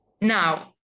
Now